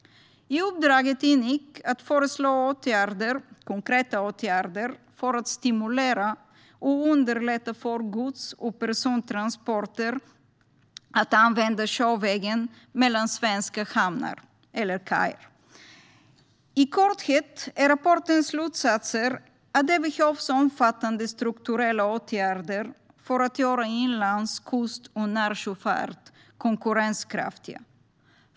I uppdraget ingick att föreslå konkreta åtgärder för att stimulera och underlätta för gods och persontransporter att använda sjövägen mellan svenska hamnar eller kajer. I korthet går rapportens slutsatser ut på att det behövs omfattande strukturella åtgärder för att göra inlands, kust och närsjöfart konkurrenskraftiga.